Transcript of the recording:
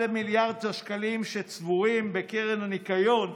למיליארד השקלים שצבורים בקרן הניקיון,